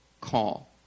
call